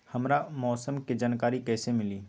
हमरा मौसम के जानकारी कैसी मिली?